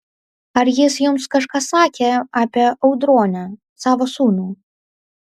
ar jis jums kažką sakė apie audronę savo sūnų